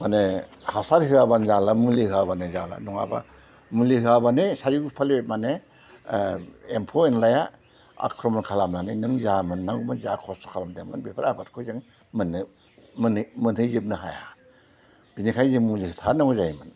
माने हासार होआब्लानो जाला मुलि होआब्लानो जाला नङाब्ला मुलि होआब्लानो सारिय' उफाले माने एम्फौ एन्लाया आख्रमन खालामनानै नों जा मोननांगौमोन जा खस्थ' खालामदोंमोन बेफोर आबादखौ जों मोननो माने मोनहैजोबनो हाया बिनिखायनो जों मुलि होथारनांगौ जायो